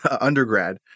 undergrad